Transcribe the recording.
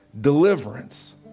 deliverance